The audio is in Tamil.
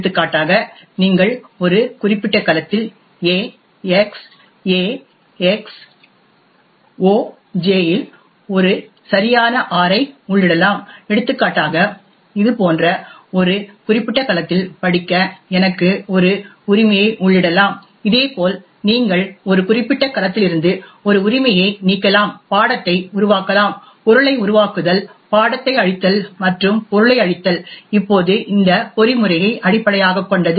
எடுத்துக்காட்டாக நீங்கள் ஒரு குறிப்பிட்ட கலத்தில் A X A X OJ இல் ஒரு சரியான R ஐ உள்ளிடலாம் எடுத்துக்காட்டாக இது போன்ற ஒரு குறிப்பிட்ட கலத்தில் படிக்க எனக்கு ஒரு உரிமையை உள்ளிடலாம் இதேபோல் நீங்கள் ஒரு குறிப்பிட்ட கலத்திலிருந்து ஒரு உரிமையை நீக்கலாம் பாடத்தை உருவாக்கலாம் பொருளை உருவாக்குதல் பாடத்தை அழித்தல் மற்றும் பொருளை அழித்தல் இப்போது இந்த பொறிமுறையை அடிப்படையாகக் கொண்டது